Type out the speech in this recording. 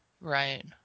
Right